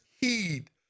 heed